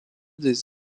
des